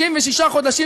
36 חודשים,